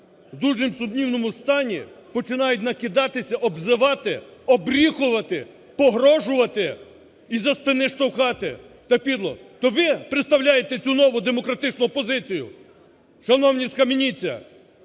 в дуже сумнівному стані, починають накидатися, обзивати, оббріхувати, погрожувати і з-за спини штовхати, то підло. То ви представляєте цю нову демократичну опозицію? Шановні, схаменіться!